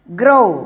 grow